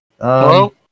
Hello